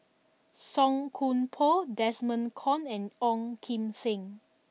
Song Koon Poh Desmond Kon and Ong Kim Seng